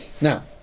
now